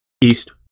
East